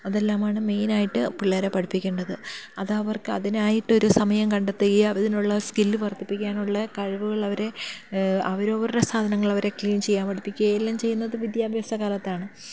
അതെല്ലാമാണ് മെയിനായിട്ട് പിള്ളേരെ പഠിപ്പിക്കേണ്ടത് അത് അവർക്ക് അതിനായിട്ട് ഒരു സമയം കണ്ടെത്തുക അതിനുള്ള സ്കില്ല് വർധിപ്പിക്കാനുള്ള കഴിവുകൾ അവരെ അവരവരുടെ സാധനങ്ങൾ അവരെ ക്ലീൻ ചെയ്യാൻ പഠിപ്പിക്കുകയും എല്ലാം ചെയ്യുന്നത് വിദ്യാഭ്യാസ കാലത്താണ്